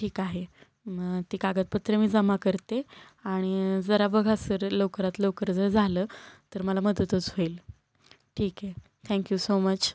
ठीक आहे मग ती कागदपत्रे मी जमा करते आणि जरा बघा सर लवकरात लवकर जर झालं तर मला मदतच होईल ठीक आहे थँक्यू सो मच